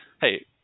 Hey